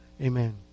Amen